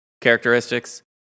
characteristics